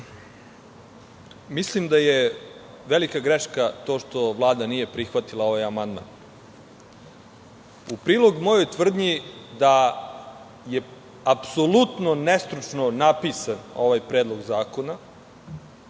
mislim da je velika greška to što vlada nije prihvatila ovaj amandman. U prilog mojoj tvrdnji da je apsolutno nestručno napisan ovaj predlog zakona,